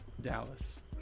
Dallas